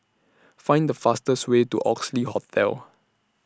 Find The fastest Way to Oxley Hotel